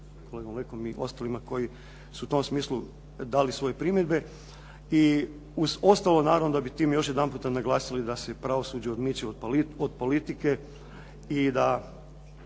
kolegom Lekom i ostalima koji su u tom smislu dali svoje primjedbe. I uz ostalo naravno da bi tim još jedanputa naglasili da se pravosuđe odmiče od politike i da